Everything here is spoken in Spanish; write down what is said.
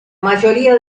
mayoría